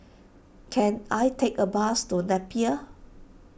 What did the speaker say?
can I take a bus to Napier